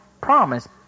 promise